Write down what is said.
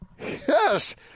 Yes